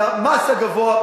והמס הגבוה,